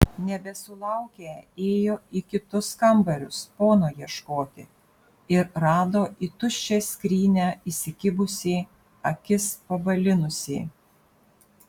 nebesulaukę ėjo į kitus kambarius pono ieškoti ir rado į tuščią skrynią įsikibusį akis pabalinusį